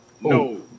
No